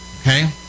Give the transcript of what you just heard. okay